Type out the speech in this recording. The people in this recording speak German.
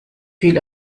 viel